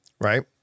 Right